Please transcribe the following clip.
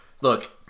Look